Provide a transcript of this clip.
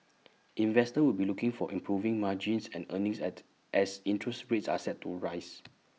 investors will be looking for improving margins and earnings at as interest rates are set to rise